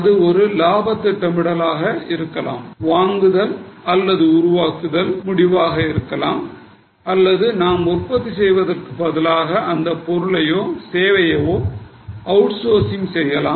அது ஒரு லாபத் திட்டமிடல் ஆக இருக்கலாம் வாங்குதல் அல்லது உருவாக்குதல் முடிவாக இருக்கலாம் அல்லது நாம் உற்பத்தி செய்வதற்கு பதிலாக அந்த பொருளையோ சேவையையோ அவுட்சோர்சிங் செய்யலாம்